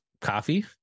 coffee